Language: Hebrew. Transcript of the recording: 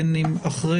בין אם אחרי,